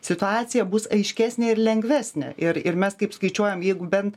situacija bus aiškesnė ir lengvesnė ir ir mes kaip skaičiuojam jeigu bent